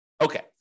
Okay